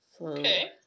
okay